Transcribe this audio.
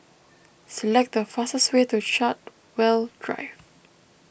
select the fastest way to Chartwell Drive